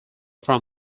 from